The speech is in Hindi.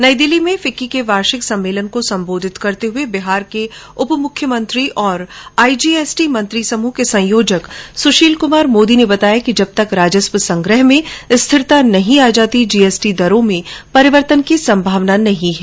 नई दिल्ली में फिक्की के वार्षिक सम्मेलन को सम्बोधित करते हुए बिहार के उपमुख्यमंत्री और आईजीएसटी मंत्री समूह के संयोजक सुशील कुमार मोदी ने बताया कि जब तक राजस्व संग्रह में स्थिरता नहीं आ जाती जीएसटी दरों में परिवर्तन की संभावना नहीं है